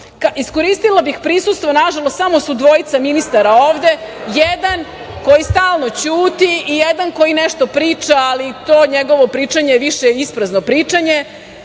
vlast. Iskoristila bih prisustvo nažalost samo su dvojica ministara ovde, jedan koji stalno ćuti i jedan koji nešto priča, ali to njegovo pričanje je više isprazno pričanje,